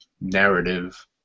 narrative